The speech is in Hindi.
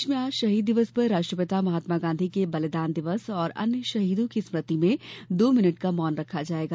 प्रदेश में आज शहीद दिवस पर राष्ट्रपिता महात्मा गाँधी के बलिदान दिवस और अन्य शहीदों की स्मृति में दो मिनिट का मौन रखा जायेगा